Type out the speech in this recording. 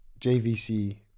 JVC